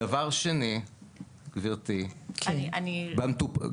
דבר שני גברתי יושבת הראש,